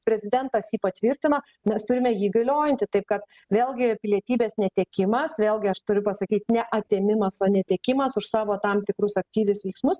prezidentas jį patvirtino nes turime jį galiojantį taip kad vėlgi pilietybės netekimas vėlgi aš turiu pasakyt ne atėmimas o netekimas už savo tam tikrus aktyvius veiksmus